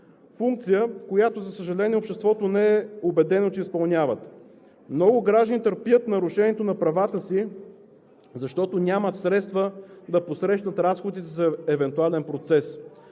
функция, която, за съжаление, обществото не е убедено, че изпълняват. Много граждани търпят нарушението на правата си, защото нямат средства да посрещат разходите за евентуален процес.